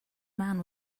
man